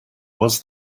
was